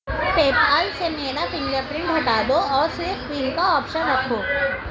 PayPal سے میرا finger print ہٹا دو اور صرف پن کا آپشن رکھو